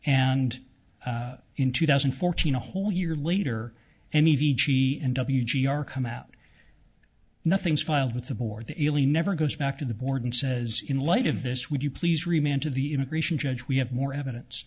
and in two thousand and fourteen a whole year later and he v g w g r come out nothing's filed with the board the early never goes back to the board and says in light of this would you please remain to the immigration judge we have more evidence